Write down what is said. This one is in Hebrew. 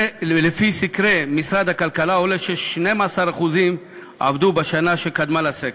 מסקרי משרד הכלכלה עולה ש-12% עבדו בשנה שקדמה לסקר.